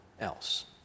else